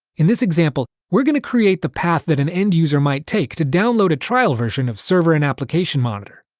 in this example, we are going to recreate the path that an end user might take to download a trial version of server and application monitor.